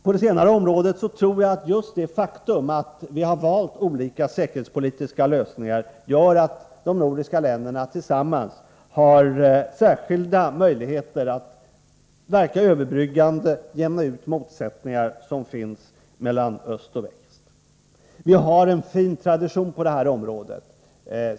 På det senare området tror jag att just det faktum att vi har valt olika säkerhetspolitiska lösningar gör att de nordiska länderna tillsammans har särskilda möjligheter att verka överbryggande och jämna ut motsättningar som finns mellan öst och väst. Vi har en fin tradition på det här området.